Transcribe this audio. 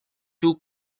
too